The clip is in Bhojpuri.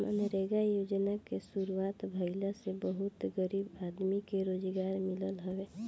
मनरेगा योजना के शुरुआत भईला से बहुते गरीब आदमी के रोजगार मिलल हवे